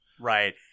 Right